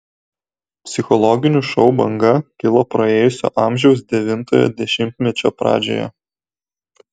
psichologinių šou banga kilo praėjusio amžiaus devintojo dešimtmečio pradžioje